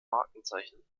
markenzeichen